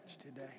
today